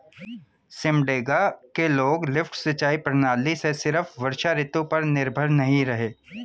सिमडेगा के लोग लिफ्ट सिंचाई प्रणाली से सिर्फ वर्षा ऋतु पर निर्भर नहीं रहे